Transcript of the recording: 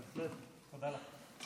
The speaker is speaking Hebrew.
בהחלט, תודה לך.